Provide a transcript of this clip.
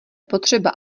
potřeba